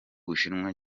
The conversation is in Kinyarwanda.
bushinwa